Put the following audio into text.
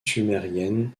sumérienne